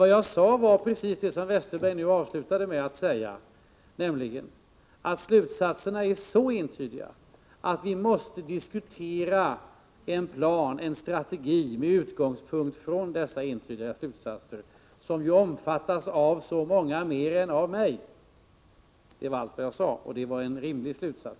Vad jag sade var precis det som Per Westerberg nu avslutade med att säga, nämligen att slutsatserna är så entydiga att vi måste diskutera en plan, en strategi med utgångspunkt från dessa entydiga slutsatser, vilka ju omfattas av så många fler än mig. Det var allt jag sade, och det tycker jag var en rimlig slutsats.